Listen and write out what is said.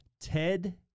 Ted